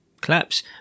collapse